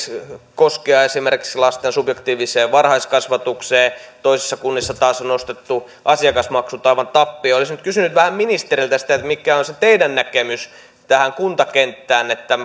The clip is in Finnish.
koskea esimerkiksi lasten subjektiiviseen varhaiskasvatukseen toisissa kunnissa taas on nostettu asiakasmaksut aivan tappiin niin olisin kysynyt vähän ministeriltä sitä mikä on se teidän näkemyksenne tähän kuntakenttään